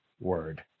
word